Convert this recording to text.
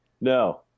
No